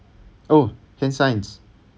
oh hand signs